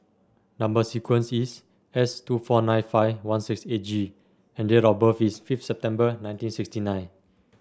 number sequence is S two four nine five one six eight G and date of birth is fifth September nineteen sixty nine